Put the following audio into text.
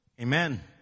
Amen